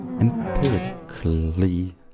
empirically